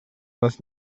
nas